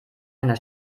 einer